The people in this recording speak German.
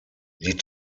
die